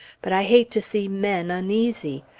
but i hate to see men uneasy!